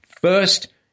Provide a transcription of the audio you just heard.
First